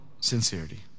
sincerity